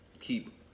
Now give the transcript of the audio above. keep